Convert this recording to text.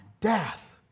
death